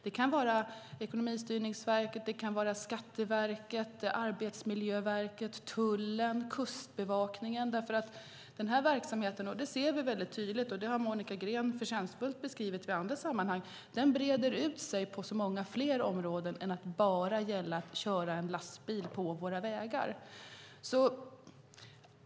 Det kan vara Ekonomistyrningsverket, Skatteverket, Arbetsmiljöverket, Tullverket och Kustbevakningen, därför att vi ser väldigt tydligt att den här verksamheten - det har Monica Green förtjänstfullt beskrivit i andra sammanhang - breder ut sig på många fler områden än att bara gälla att köra en lastbil på våra vägar.